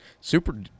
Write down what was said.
Super